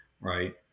right